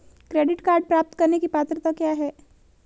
Credit card प्राप्त करने की पात्रता क्या है?